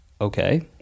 okay